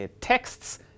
texts